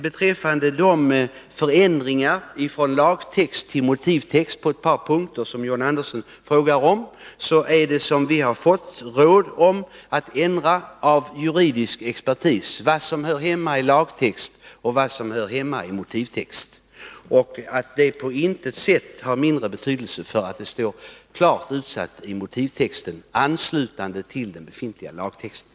Beträffande de förändringar på ett par punkter som John Andersson frågade om och som innebär överflyttning från lagtext till motivtext kan jag svara att utskottet av juridisk expertis fått råd om vad som hör hemma i lagtext och vad som hör hemma i motivtext. Uttalandet har på intet sätt mindre betydelse för att det står klart utsatt i motivtexten, anslutande till den befintliga lagtexten.